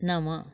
नमः